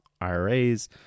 IRAs